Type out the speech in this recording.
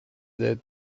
that